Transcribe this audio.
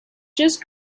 just